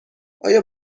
آیا